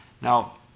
Now